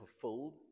fulfilled